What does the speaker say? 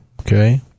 Okay